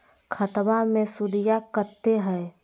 खतबा मे सुदीया कते हय?